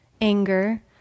anger